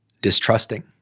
distrusting